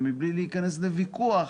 ומבלי להיכנס לוויכוח